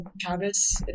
Travis